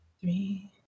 Three